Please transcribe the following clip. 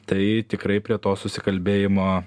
tai tikrai prie to susikalbėjimo